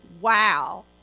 Wow